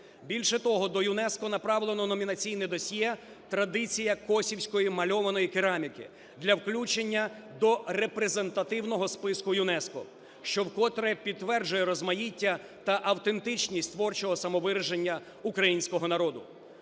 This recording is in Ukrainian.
Більше того, до ЮНЕСКО направленономінаційне досьє "Традиція косівської мальованої кераміки" для включення до репрезентативного списку ЮНЕСКО, що вкотре підтверджує розмаїття та автентичність творчого самовираження українського народу.